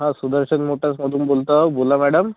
हां सुदर्शन मोटर्समधून बोलत आहो बोला मॅडम